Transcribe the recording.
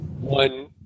one